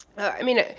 i mean,